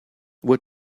what